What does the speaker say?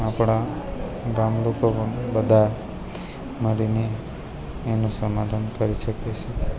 આપણા ગામ લોકોમાં બધા મળીને એનું સમાધાન કરી શકીશું